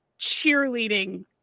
cheerleading